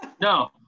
No